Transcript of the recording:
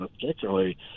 particularly